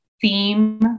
theme